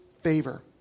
favor